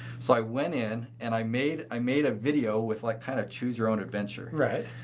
so i went in and i made i made a video with like kind of choose-your-own-adventure. right.